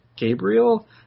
Gabriel